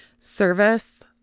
service